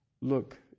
look